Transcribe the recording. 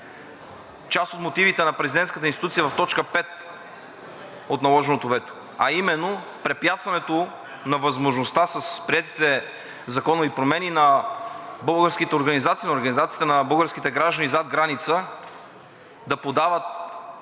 част от мотивите на президентската институция в точка пет от наложеното вето, а именно препятстването на възможността с приетите законови промени на българските организации, на организациите на българските граждани зад граница да подават